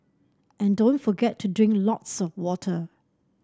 and don't forget to drink lots of water